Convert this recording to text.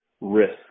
risk